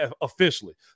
officially